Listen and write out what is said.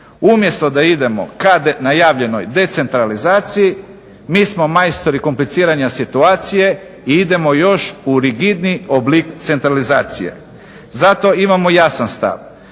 Umjesto da idemo ka najavljenoj decentralizaciji mi smo majstori kompliciranja situacije i idemo još u rigidniji oblik centralizacije. Zato imamo jasan stav,